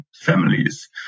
families